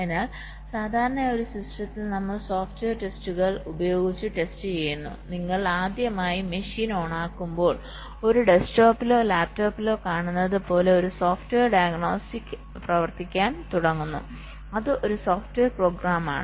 അതിനാൽ സാധാരണയായി ഒരു സിസ്റ്റത്തിൽ നമ്മൾ സോഫ്റ്റ്വെയർ ടെസ്റ്റുകൾ ഉപയോഗിച്ച് ടെസ്റ്റ് ചെയ്യുന്നു നിങ്ങൾ ആദ്യമായി മെഷീൻ ഓണാക്കുമ്പോൾ ഒരു ഡെസ്ക്ടോപ്പിലോ ലാപ്ടോപ്പിലോ കാണുന്നത് പോലെ ഒരു സോഫ്റ്റ്വെയർ ഡയഗ്നോസ്റ്റിക് പ്രവർത്തിക്കാൻ തുടങ്ങുന്നു അത് ഒരു സോഫ്റ്റ്വെയർ പ്രോഗ്രാമാണ്